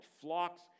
flocks